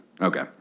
Okay